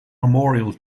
memorial